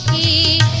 ie